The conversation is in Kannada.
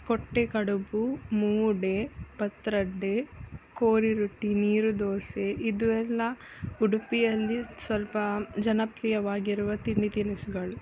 ಕೊಟ್ಟೆ ಕಡುಬು ಮೂಡೆ ಪತ್ರೊಡೆ ಕೋರಿ ರೊಟ್ಟಿ ನೀರುದೋಸೆ ಇದು ಎಲ್ಲ ಉಡುಪಿಯಲ್ಲಿ ಸ್ವಲ್ಪ ಜನಪ್ರಿಯವಾಗಿರುವ ತಿಂಡಿ ತಿನಿಸುಗಳು